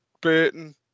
Burton